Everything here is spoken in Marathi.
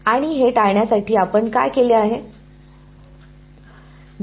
आणि हे टाळण्यासाठी आपण हे केले आहे काय